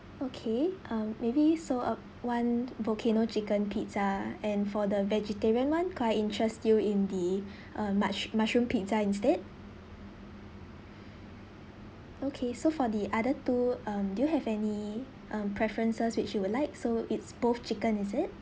okay um maybe so uh one volcano chicken pizza and for the vegetarian one could I interest you in the uh mush~ mushroom pizza instead okay so for the other two um do you have any um preferences which you would like so it's both chicken is it